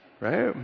Right